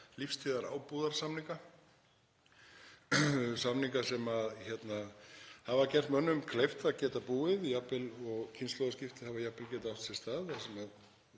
lífstíðarábúðarsamninga, samninga sem hafa gert mönnum kleift að geta búið þar og kynslóðaskipti hafa jafnvel getað átt sér stað þar sem